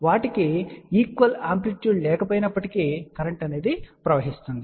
వాటికి equal amplitude లేకపోయినప్పటికీ current ప్రవహిస్తుంది